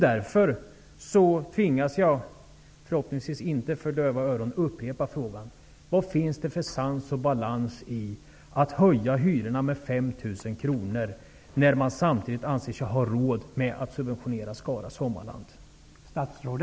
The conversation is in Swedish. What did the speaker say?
Därför tvingas jag, förhoppningsvis inte för döva öron, upprepa min fråga: Vad finns det för sans och balans i att höja hyrorna med 5 000 kr när man samtidigt anser sig ha råd att subventionera Skara sommarland?